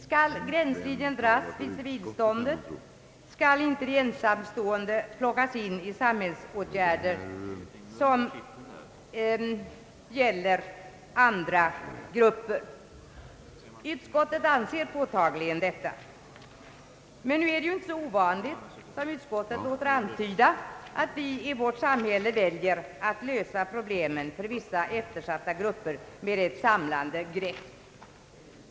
Skall gränslinjen dras vid civilståndet? Skall inte de ensamstående plockas in i samhällsåtgärderna på samma sätt som andra grupper av människor? Utskottet anser påtagligen detta. Nu är det inte så ovanligt, som utskottet också låter antyda, att vi i vårt samhälle väljer att lösa problemen för vissa eftersatta grupper med ett samlande grepp.